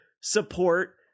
support